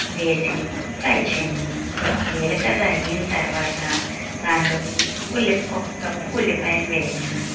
వేసి ఫ్రై చేయమన్న జీలకర్ర అయిన తరువాత దానిలోకి ఉల్లి ఒక కప్పు ఉల్లిపాయలు వేయమన్నాను